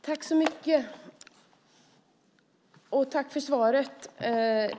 Herr talman! Tack för svaret!